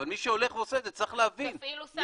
אבל מי שעושה את זה -- תפעילו סנקציות.